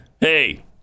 Hey